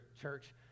church